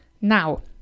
Now